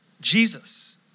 Jesus